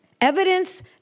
evidence